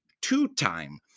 two-time